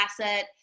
asset